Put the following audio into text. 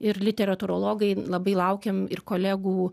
ir literatūrologai labai laukiam ir kolegų